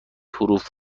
حروف